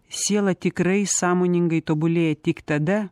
siela tikrai sąmoningai tobulėja tik tada